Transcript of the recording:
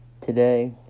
Today